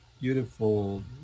beautiful